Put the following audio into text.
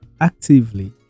actively